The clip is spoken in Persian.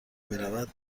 میرود